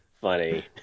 Funny